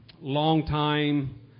longtime